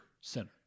Center